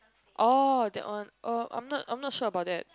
orh that one oh I'm not I'm not sure about that